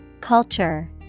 Culture